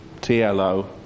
TLO